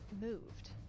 moved